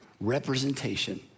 representation